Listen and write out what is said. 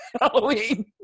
Halloween